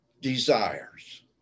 desires